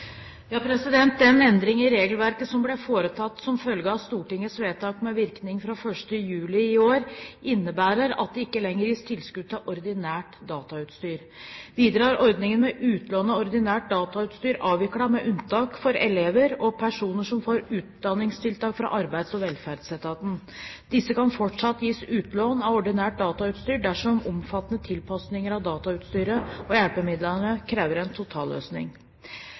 Den endringen i regelverket som ble foretatt som følge av Stortingets vedtak med virkning fra 1. juli i år, innebærer at det ikke lenger gis tilskudd til ordinært datautstyr. Videre er ordningen med utlån av ordinært datautstyr avviklet med unntak for elever og personer som får utdanningstiltak fra Arbeids- og velferdsetaten. Disse kan fortsatt gis utlån av ordinært datautstyr dersom omfattende tilpasninger av datautstyret og hjelpemidlene krever en totalløsning.